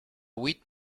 huit